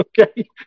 okay